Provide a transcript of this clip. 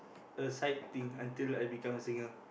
a side thing until I become a singer